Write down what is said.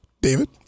David